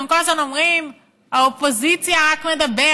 אתם כל הזמן אומרים: האופוזיציה רק מדברת